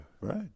Right